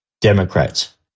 Democrats